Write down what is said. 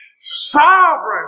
sovereign